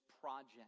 project